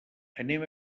anem